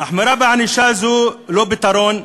החמרה בענישה זה לא פתרון.